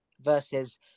versus